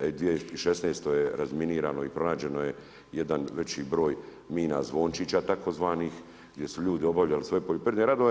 2016. je razminirano i pronađeno je jedan veći broj mina zvončića, tzv. gdje su ljudi obavljali svoje poljoprivredne radove.